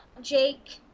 Jake